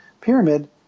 pyramid